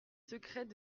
secrètes